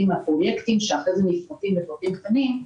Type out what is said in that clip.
מן הפרויקטים שאחרי זה נפרטים לפרטים קטנים.